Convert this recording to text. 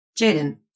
Jaden